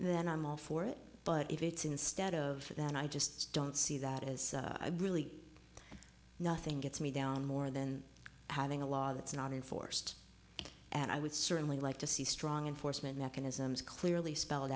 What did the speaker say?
then i'm all for it but if it instead of that i just don't see that as i really nothing gets me down more than having a law that's not enforced and i would certainly like to see strong enforcement mechanisms clearly spelled